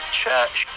church